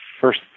first